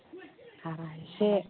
आंहा एसे